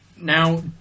Now